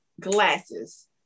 glasses